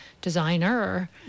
designer